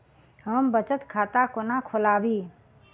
हम बचत खाता कोना खोलाबी?